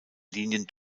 linien